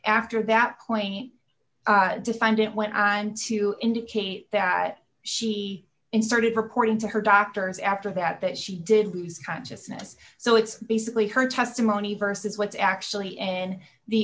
after that point defined it went on to indicate that she started reporting to her doctors after that that she did lose consciousness so it's basically her testimony versus what's actually in the